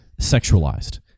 sexualized